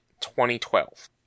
2012